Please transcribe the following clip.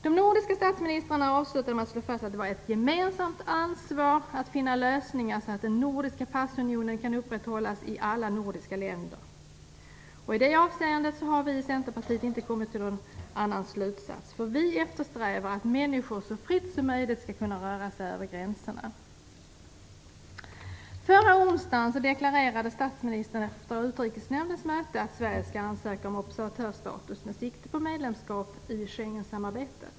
De nordiska statsministrarna avslutade med att slå fast att det var ett gemensamt ansvar att finna lösningar så att den nordiska passunionen kan upprätthållas i alla nordiska länder. I detta avseende har vi i Centerpartiet inte kommit till någon annan slutsats. Vi eftersträvar att människor så fritt som möjligt skall kunna röra sig över gränserna. Förra onsdagen deklarerade statsministern efter Utrikesnämndens möte att Sverige skall ansöka om observatörstatus med sikte på medlemskap i Schengensamarbetet.